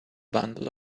bundle